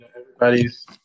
everybody's